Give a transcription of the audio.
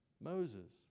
Moses